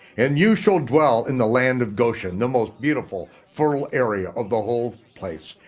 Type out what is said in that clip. and you shall dwell in the land of goshen, the most beautiful, fertile area of the whole place.